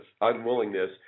unwillingness